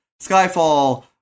Skyfall